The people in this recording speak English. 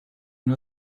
not